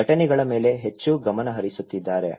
ಘಟನೆಗಳ ಮೇಲೆ ಹೆಚ್ಚು ಗಮನಹರಿಸುತ್ತಿದ್ದಾರೆ